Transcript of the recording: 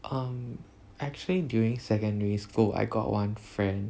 um actually during secondary school I got one friend